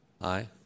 Aye